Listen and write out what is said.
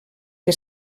que